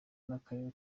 n’akarere